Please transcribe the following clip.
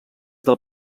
del